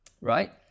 right